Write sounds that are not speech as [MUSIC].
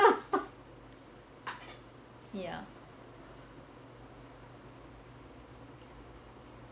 [LAUGHS] ya